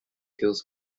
kills